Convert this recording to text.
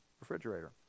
refrigerator